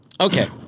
Okay